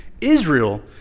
Israel